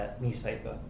newspaper